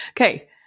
Okay